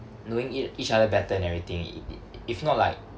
knowing it each other better and everything i~ i~ if not like